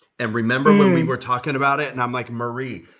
and remember when we were talking about it and i'm like, marie,